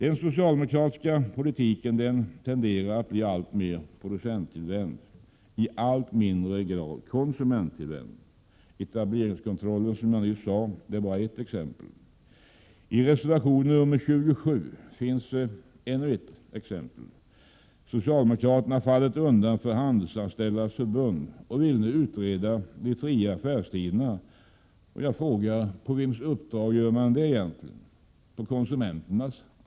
Den socialdemokratiska politiken tenderar att bli alltmer producenttillvänd och i allt mindre grad konsumenttillvänd. Etableringskontroll är, som jag nyss nämnde, bara ett exempel. I reservation 27 finns ytterligare ett exempel. Socialdemokraterna har fallit undan för Handelsanställdas förbund och vill nu utreda de fria affärstiderna. På vems uppdrag gör man egentligen detta? På konsumenternas?